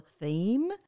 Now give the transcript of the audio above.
theme